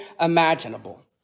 imaginable